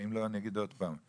אם לא אני אגיד עוד פעם.